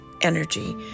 energy